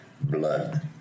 Blood